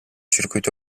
circuito